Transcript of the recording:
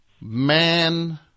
Man